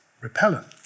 repellent